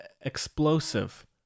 explosive